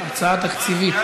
הצעה תקציבית.